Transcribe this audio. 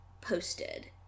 posted